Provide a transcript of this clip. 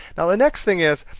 and ah next thing is,